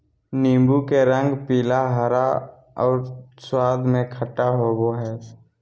नीबू के रंग पीला, हरा और स्वाद में खट्टा होबो हइ